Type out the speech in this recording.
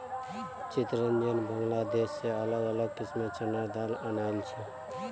चितरंजन बांग्लादेश से अलग अलग किस्मेंर चनार दाल अनियाइल छे